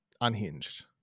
unhinged